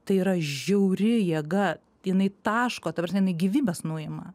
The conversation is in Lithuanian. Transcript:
tai yra žiauri jėga jinai taško ta prasme jinai gyvybes nuima